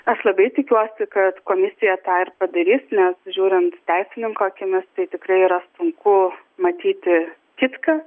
aš labai tikiuosi kad komisija tą ir padarys nes žiūrint teisininko akimis tai tikrai yra sunku matyti kitką